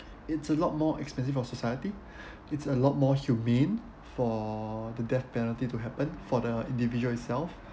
it's a lot more expensive for society it's a lot more humane for the death penalty to happen for the individual itself